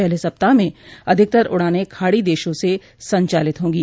पहले सप्ताह में अधिकतर उड़ानें खाड़ी देशों से संचालित हों गी